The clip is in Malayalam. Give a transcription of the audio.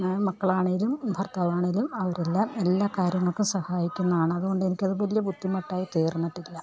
മക്കളാണെങ്കിലും ഭര്ത്താവാണെങ്കിലും അവർ എല്ലാം എല്ലാ കാര്യങ്ങൾക്കും സഹായിക്കുന്നതാണ് അതുകൊണ്ട് എനിക്ക് ഒരു ബുദ്ധിമുട്ടായി തീര്ന്നിട്ടില്ല